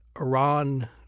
Iran